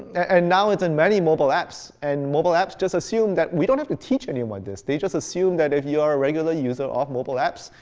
and now it's in many mobile apps. and mobile apps just assume that we don't have to teach anyone this. they just assume that if you are a regular user of mobile apps,